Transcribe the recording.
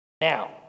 Now